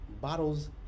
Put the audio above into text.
bottles